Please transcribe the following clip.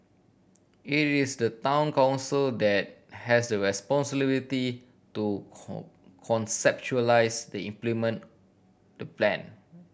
it is the Town Council that has the responsibility to conceptualise the implement the plan